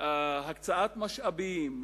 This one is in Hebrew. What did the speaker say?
הקצאת משאבים,